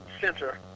center